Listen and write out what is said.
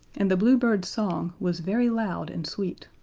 and the blue bird's song was very loud and sweet.